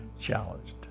challenged